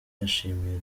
yashimiye